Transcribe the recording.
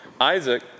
Isaac